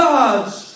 God's